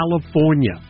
California